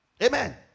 Amen